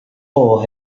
hole